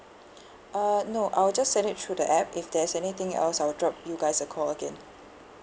uh no I'll just send it through the app if there's anything else I'll drop you guys a call again